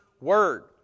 word